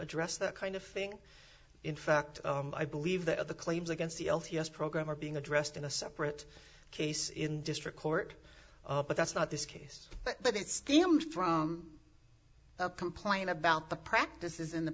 address that kind of thing in fact i believe that the claims against the l t s program are being addressed in a separate case in district court but that's not this case but it seemed from complain about the practices in the